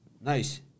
nice